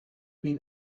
been